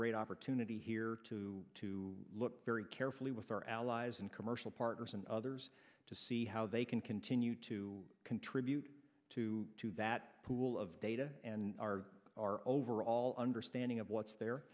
great opportunity here to to look very carefully with our allies and commercial partners and others to see how they can continue to contribute to that pool of data and our our overall understanding of what's